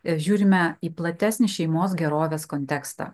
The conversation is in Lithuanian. žiūrime į platesnį šeimos gerovės kontekstą